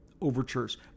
overtures